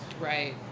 Right